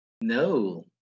No